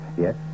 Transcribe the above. Yes